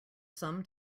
sum